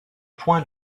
point